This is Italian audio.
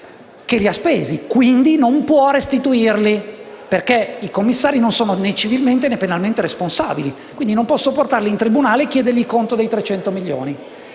e li ha spesi, quindi non può restituirli, perché i commissari non sono né civilmente, né penalmente responsabili. Quindi non posso portarli in tribunale e chiedere loro conto dei 300 milioni.